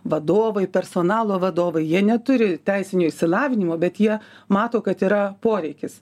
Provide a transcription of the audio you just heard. vadovai personalo vadovai jie neturi teisinio išsilavinimo bet jie mato kad yra poreikis